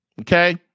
okay